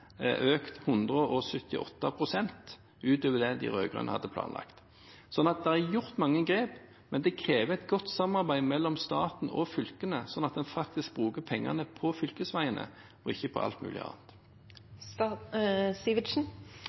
økt med 178 pst. utover det de rød-grønne hadde planlagt. Så det er tatt mange grep, men det krever et godt samarbeid mellom staten og fylkene, slik at en faktisk bruker pengene på fylkesveiene og ikke på alt mulig annet.